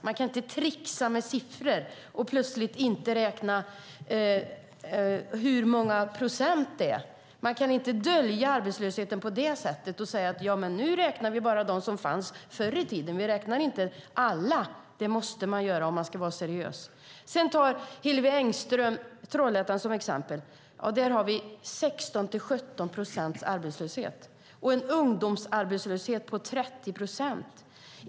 Man kan inte tricksa med siffror och plötsligt inte räkna hur många procent det är. Man kan inte dölja arbetslösheten på det sättet och säga att man nu bara räknar de personer som fanns förr i tiden och att man inte räknar alla. Det måste man göra om man ska vara seriös. Sedan tar Hillevi Engström Trollhättan som exempel. Där har vi 16-17 procents arbetslöshet och en ungdomsarbetslöshet på 30 procent.